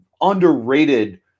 underrated